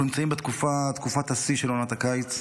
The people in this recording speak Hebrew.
אנחנו נמצאים בתקופת השיא של עונת הקיץ,